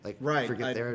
Right